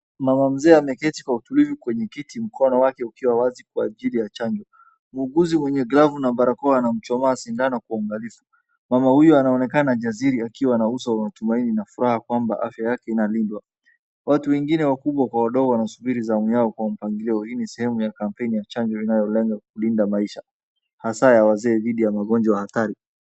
Mama mzee ameketi kwa utulivu kwenye kiti, mkono wake ukiwa wazi kwa ajili ya chanjo. Muuguzi mwenye glavu na barakoa anamchoma sindano kwa uangalifu. Mama huyo anaonekana jasiri akiwa na uso wa matumaini na furaha kwamba afya yake inalindwa. Watu wengine wakubwa kwa wadogo, wanasubiri zamu yao kwa mpangilio. Hii ni sehemu ya kampeni ya chango inayolenga kulinda maisha, hasa ya wazee dhidi ya magonjwa hatari.